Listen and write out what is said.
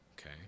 okay